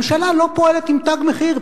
ממשלה לא פועלת עם תג מחיר,